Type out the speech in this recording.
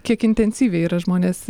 kiek intensyviai yra žmonės